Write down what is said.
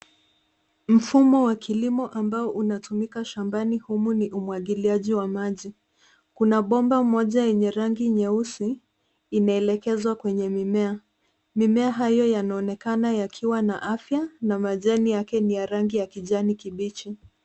Mfumo wa kilimo ambao unatumika shambani humu ni umwagiliaji wa maji. Kuna bomba moja yenye rangi nyeusi imeelekezwa kwenye mimea. Mimea hayo yanaonekana yakiwa na afya na majani yake ni rangi ya kijani kibichi.